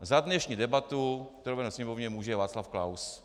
Za dnešní debatu, kterou vedeme ve Sněmovně, může Václav Klaus.